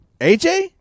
AJ